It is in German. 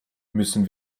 müssen